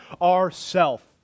ourself